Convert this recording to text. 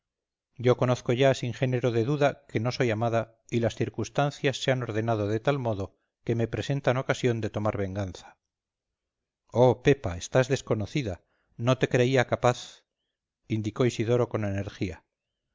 yo conozco ya sin género de duda que no soy amada y las circunstancias se han ordenado de tal modo que me presentan ocasión de tomar venganza oh pepa estás desconocida no te creí capaz indicó isidoro con energía